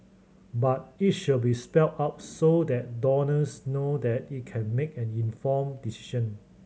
but it should be spelled out so that donors know that it can make an informed decision